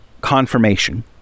confirmation